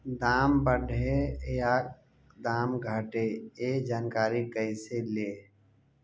दाम बढ़े या दाम घटे ए जानकारी कैसे ले?